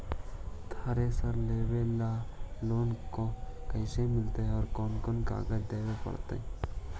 Thresher लेबे ल loan कैसे मिलतइ और कोन कोन कागज देबे पड़तै?